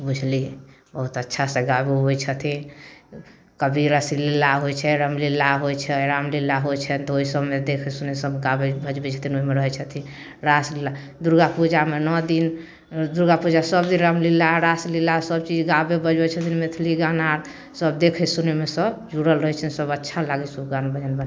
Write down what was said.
बुझलिए बहुत अच्छासँ गाबै उबै छथिन कभी रासलीला होइ छै रामलीला होइ छै रामलीला होइ छै तऽ ओहि सबमे देखै सुनै सभ गाबै बजबै छथिन ओहिमे रहै छथिन रासलीला दुर्गा पूजामे नओ दिन दुर्गा पूजा सबदिन रामलीला रासलीला सबचीज गाबै बजबै छथिन मैथिली गाना सब देखै सुनैमे सभ जुड़ल रहै छथिन सब अच्छा लागै छै गान बजानमे